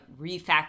refactor